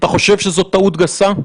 אתה חושב שזו טעות גסה?